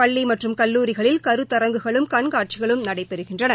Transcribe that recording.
பள்ளி மற்றும் கல்லூரிகளில் கருத்தரங்குகளும் கண்காட்சிகளும் நடைபெறுகின்றன